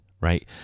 right